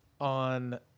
on